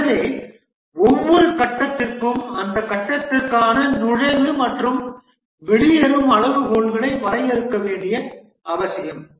எனவே ஒவ்வொரு கட்டத்திற்கும் அந்த கட்டத்திற்கான நுழைவு மற்றும் வெளியேறும் அளவுகோல்களை வரையறுக்க வேண்டியது அவசியம்